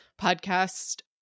podcast